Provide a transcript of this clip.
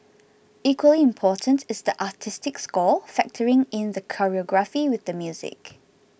equally important is the artistic score factoring in the choreography with the music